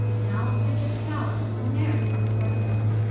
now i get flower for merrit san's breakfast.